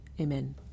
Amen